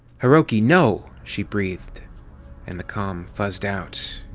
hiroki! no! she breathed and the com fuzzed out.